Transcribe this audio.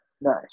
Nice